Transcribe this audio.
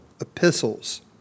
epistles